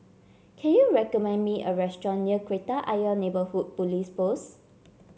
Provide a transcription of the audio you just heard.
can you recommend me a restaurant near Kreta Ayer Neighbourhood Police Post